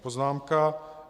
Poznámka: